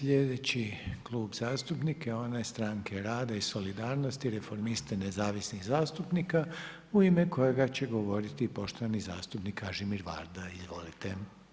Slijedeći Klub zastupnika je onaj Stranke rada i solidarnosti, Reformista i nezavisnih zastupnika u ime kojega će govoriti poštovani zastupnik Kažimir Varda, izvolite.